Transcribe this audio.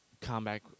combat